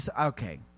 okay